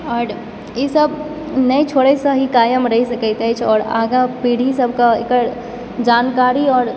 आओर ईसभ नहि छोड़यसँ ही कायम राखि सकैत अछि आओर आगाँ पीढ़ी सभके एकर जानकारी आओर